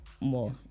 More